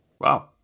Wow